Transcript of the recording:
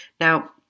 Now